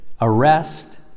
arrest